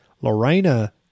Lorena